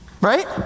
Right